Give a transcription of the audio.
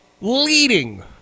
leading